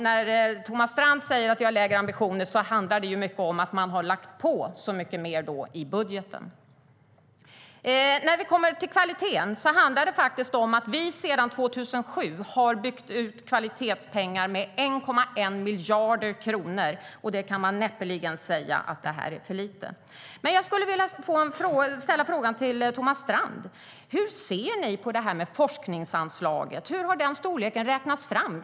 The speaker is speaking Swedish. När Thomas Strand säger att vi har lägre ambitioner handlar det till stor del om att de har lagt på mycket mer i budgeten. Jag skulle vilja ställa en fråga till Thomas Strand. Hur ser ni på forskningsanslaget? Kan du klargöra hur storleken har räknats fram?